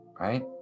right